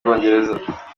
bwongereza